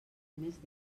més